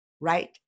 right